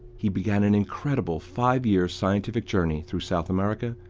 he began an incredible, five-year scientific journey through south america,